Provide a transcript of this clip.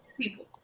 People